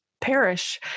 perish